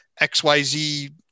XYZ